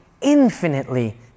infinitely